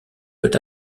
peut